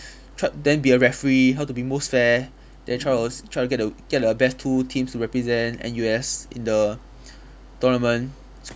try then be a referee how to be most fair then try to try to get a get a best two teams to represent N_U_S in the tournament